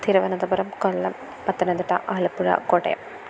Thiruvananthapuram Kollam Pathanamthitta Alappuzha Kottayam